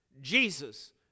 Jesus